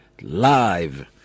live